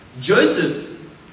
Joseph